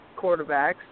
quarterbacks